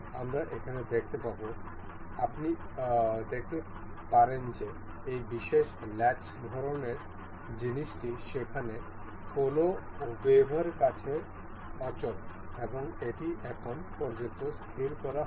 আমরা এখানে দেখতে পাব আপনি দেখতে পারেন যে এই বিশেষ ল্যাচ ধরনের জিনিসটি সেখানে কোনও ওয়েবের কাছে অচল এবং এটি এখন পর্যন্ত স্থির করা হয়নি